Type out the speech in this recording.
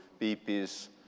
BP's